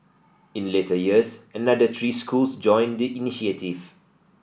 in later years another three schools joined the initiative